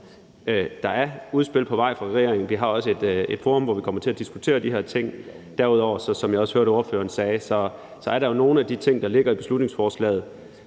der er udspil på vej fra regeringens side. Vi har også et forum, hvor vi kommer til at diskutere de her ting. Derudover er der jo, som jeg også hørte ordføreren sige, nogle af de ting, der ligger i beslutningsforslaget,